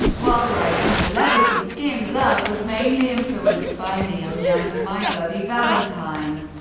while writing celebrity skin, love was mainly influenced by neil young and my bloody valentine.